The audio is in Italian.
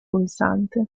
pulsante